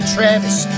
Travis